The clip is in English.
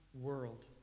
world